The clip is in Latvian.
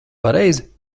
pareizi